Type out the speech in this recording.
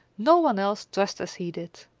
no one else dressed as he did.